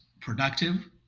productive